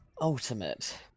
Ultimate